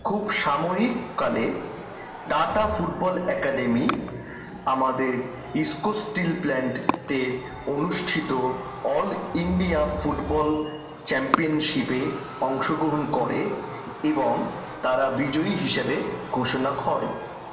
খুব সাময়িককালে Tata football academy আমাদের ইস্কো স্টিল প্ল্যান্টের অনুষ্ঠিত অল ইন্ডিয়া ফুটবল চ্যাম্পিয়ানশিপে অংশগ্রহণ করে এবং তারা বিজয়ী হিসাবে ঘোষণা হয়